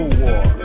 war